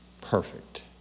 perfect